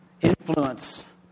influence